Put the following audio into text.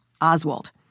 Oswald